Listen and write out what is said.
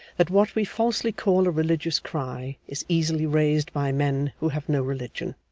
that what we falsely call a religious cry is easily raised by men who have no religion,